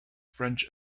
french